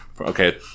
okay